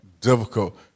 difficult